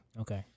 okay